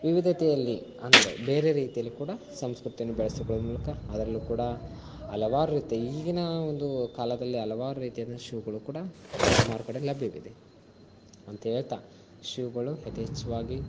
ವಿವಿಧತೆಯಲ್ಲಿ ಅಂದರೆ ಬೇರೆ ರೀತಿಯಲ್ಲಿ ಕೂಡ ಸಂಸ್ಕೃತಿಯನ್ನು ಬೆಳೆಸಿಕೊಳ್ಳುವುದರ ಮೂಲಕ ಅದರಲ್ಲೂ ಕೂಡ ಹಲವಾರು ರೀತಿ ಈಗಿನ ಒಂದು ಕಾಲದಲ್ಲಿ ಹಲವಾರು ರೀತಿಯಾದ ಶೂಗಳು ಕೂಡ ಮಾರುಕಟ್ಟೆಯಲ್ಲಿ ಲಭ್ಯವಿದೆ ಅಂಥೇಳ್ತಾ ಶೂಗಳು ಯಥೇಚ್ಚವಾಗಿ